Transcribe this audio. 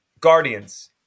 Guardians